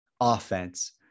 offense